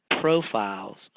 profiles